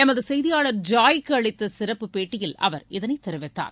எமதுசெய்தியாளர் ஜாய்க்குஅளித்தசிறப்பு பேட்டியில் அவர் இதனைதெரிவித்தார்